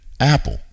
Apple